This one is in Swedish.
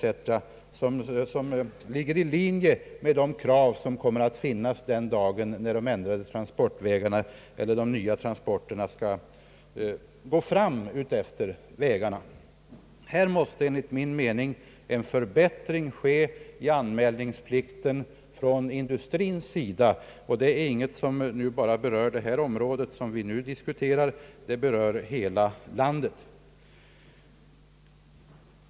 som ligger i linje med de krav som kommer att ställas den dag då de nya transporterna skall gå fram på vägarna. Här måste enligt min mening en förbättring ske i industrins anmälningsplikt. Detta är inte någonting som bara berör det område vi nu diskuterar, utan det berör hela landet.